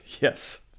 Yes